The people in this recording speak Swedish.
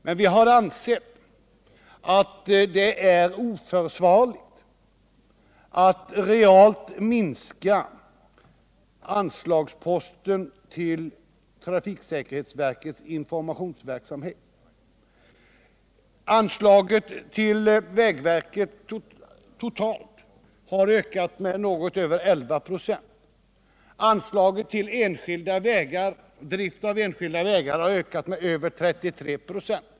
Men vi har ansett att det är oförsvarligt att realt minska anslagsposten till trafiksäkerhetsverkets informationsverksamhet. Anslaget till vägverket totalt har ökat med något över 11 96, och anslaget till drift av enskilda vägar har ökat med över 33 96.